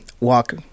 walk